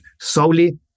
solely